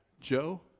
Joe